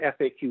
FAQ